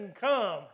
come